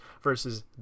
versus